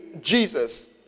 Jesus